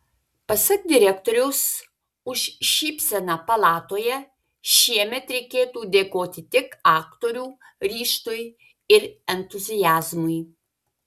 pasak direktoriaus už šypseną palatoje šiemet reikėtų dėkoti tik aktorių ryžtui ir entuziazmui